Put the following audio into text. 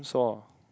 saw